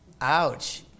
Ouch